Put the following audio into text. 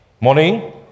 Morning